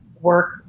work